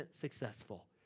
successful